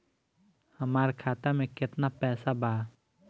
हमार खाता में केतना पैसा बा?